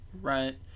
Right